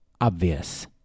obvious